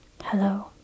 Hello